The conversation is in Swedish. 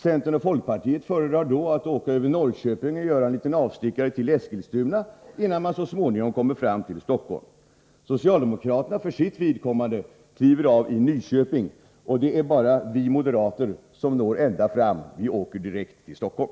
Centern och folkpartiet föredrar då att åka förbi Norrköping och göra en liten avstickare till Eskilstuna, innan de så småningom kommer fram till Stockholm. Socialdemokraterna för sitt vidkommande kliver av i Nyköping. Det är bara vi moderater som når ända fram — vi åker direkt till Stockholm.